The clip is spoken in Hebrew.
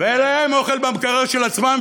ויהיה להם אוכל במקרר של עצמם,